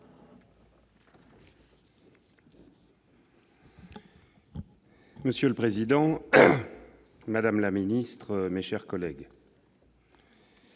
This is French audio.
Monsieur le président, madame la ministre, mes chers collègues,